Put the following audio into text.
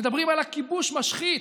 מדברים על כיבוש משחית.